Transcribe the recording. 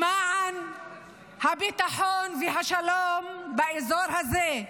למען הביטחון והשלום באזור הזה,